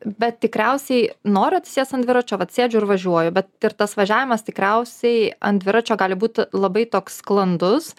bet tikriausiai noriu atsisėst ant dviračio vat sėdžiu ir važiuoju bet ir tas važiavimas tikriausiai ant dviračio gali būti labai toks sklandus